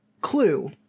clue